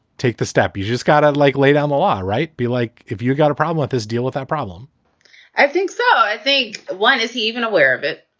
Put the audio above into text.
take the step? you just got to, like, lay down the law, right? be like if you've got a problem with his deal with that problem i think so. i think why is he even aware of it?